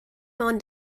ond